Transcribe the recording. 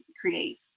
create